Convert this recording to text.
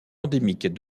endémique